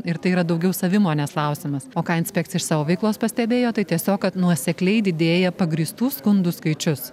ir tai yra daugiau savimonės klausimas o ką inspekcija iš savo veiklos pastebėjo tai tiesiog kad nuosekliai didėja pagrįstų skundų skaičius